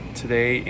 today